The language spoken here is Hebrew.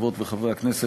חברות וחברי הכנסת,